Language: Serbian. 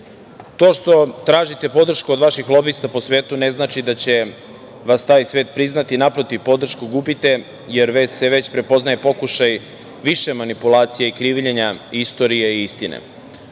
što tražite podršku od vaših lobista po svetu ne znači da će vas taj svet priznati, naprotiv, podršku gubite, jer se već prepoznaje pokušaj više manipulacija i krivljenja istorije i